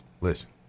listen